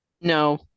No